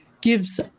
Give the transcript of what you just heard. Gives